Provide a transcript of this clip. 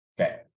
Okay